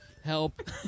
Help